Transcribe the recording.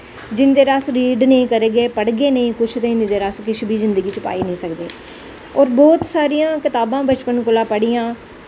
जिन्नें चिर अस पढ़गे नेंई रीड़ नेंई करगे ते इन्नें चिर अस किश बी जिन्दगी च पाई नी सकदे और बोह्त सारियां कताबां बचपन कोला दा पढ़ियां